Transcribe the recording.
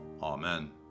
Amen